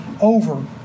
over